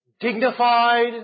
Dignified